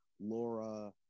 Laura